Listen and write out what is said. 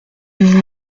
vous